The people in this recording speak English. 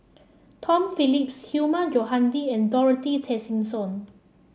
Tom Phillips Hilmi Johandi and Dorothy Tessensohn